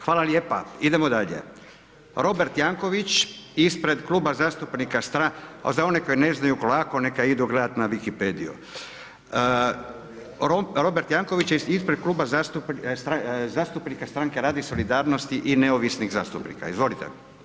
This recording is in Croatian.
Hvala lijepa, idemo dalje, Robert Jankovics ispred kluba zastupnika, za one koji ne znaju kloako, neka idu gledat na vikipediju, Robert Jankovics je ispred kluba zastupnika Stranke rada i solidarnosti i neovisnih zastupnika, izvolite.